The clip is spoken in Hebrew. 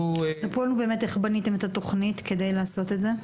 תספרו לנו באמת איך בניתם את התוכנית כדי לעשות את זה?